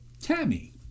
Tammy